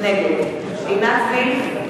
נגד עינת וילף,